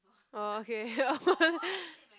orh okay